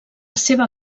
seva